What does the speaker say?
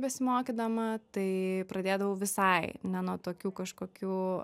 besimokydama tai pradėdavau visai ne nuo tokių kažkokių